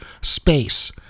space